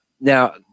Now